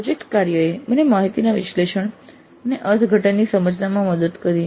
project કાર્યએ મને માહિતીના વિશ્લેષણ અને અર્થઘટનની સમજમાં મદદ કરી